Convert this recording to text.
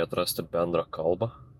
atrasti bendrą kalbą